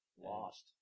Lost